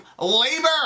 labor